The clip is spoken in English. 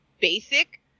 basic